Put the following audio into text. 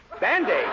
Band-Aid